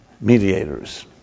Mediators